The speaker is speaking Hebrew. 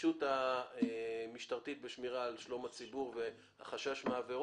הרגישות המשטרתית בשמירה על שלום הציבור והחשש מעבירות,